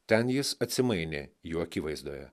ten jis atsimainė jų akivaizdoje